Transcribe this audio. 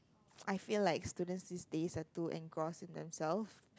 I feel like students these days are too engrossed in themselves